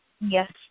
Yes